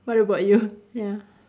what about you ya